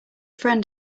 friend